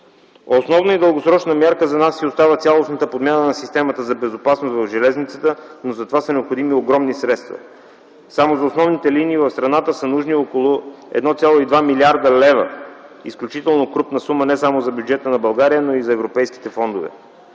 Основна и дългосрочна мярка за нас си остава цялостната подмяна на системата за безопасност в железницата, но затова са необходими огромни средства. Само за основните линии в страната са нужни около 1,2 млрд. лв., изключително крупна сума не само за бюджета на България, но и за европейските фондове.